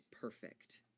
perfect